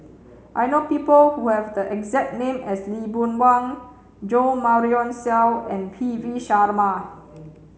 I know people who have the exact name as Lee Boon Wang Jo Marion Seow and P V Sharma